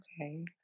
Okay